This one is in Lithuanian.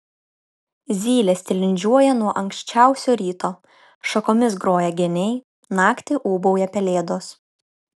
zylės tilindžiuoja nuo anksčiausio ryto šakomis groja geniai naktį ūbauja pelėdos